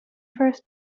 first